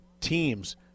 teams